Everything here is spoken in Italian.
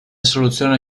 soluzione